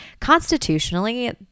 Constitutionally